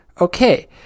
Okay